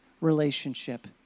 relationship